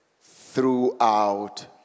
throughout